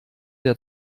der